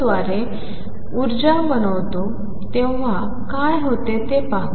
द्वारे ऊर्जा बनवतो तेव्हा काय होते ते पाहू